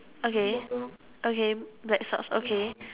okay okay black socks okay